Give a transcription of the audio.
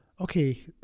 Okay